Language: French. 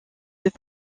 deux